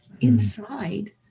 inside